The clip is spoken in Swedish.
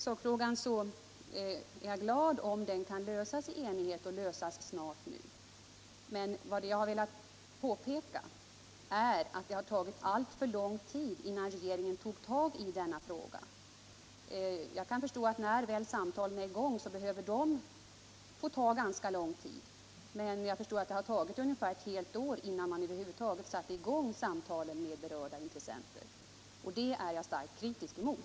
Jag är glad om sakfrågan kan lösas i enighet och lösas snart. Men vad jag velat påpeka är att det dröjt alltför lång tid innan regeringen tog tag i denna fråga. Jag kan förstå att när samtalen väl är i gång behöver de ta ganska lång tid. Men det har dröjt ett helt år innan man över huvud taget satte i gång samtalen med berörda intressenter, och det är jag starkt kritisk emot.